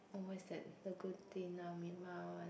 what's that the Gudetama [one]